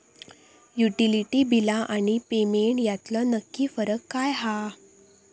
Utility बिला आणि payment यातलो नक्की फरक काय हा?